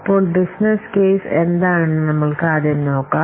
അപ്പോൾ business case എന്താണെന്ന് നമ്മൾക്ക് ആദ്യം നോക്കാം